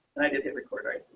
just hit record, right.